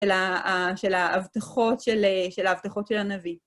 של ההבטחות של הנביא.